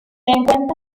encuentra